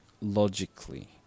logically